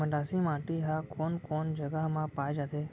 मटासी माटी हा कोन कोन जगह मा पाये जाथे?